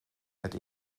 het